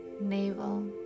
navel